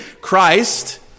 Christ